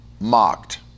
mocked